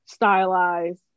stylize